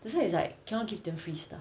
that's why it's like cannot give them free stuff